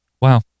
Wow